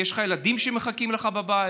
כי יש לך ילדים שמחכים לך בבית.